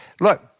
look